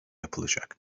yapılacak